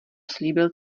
slíbil